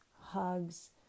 hugs